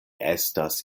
estas